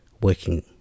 working